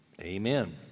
amen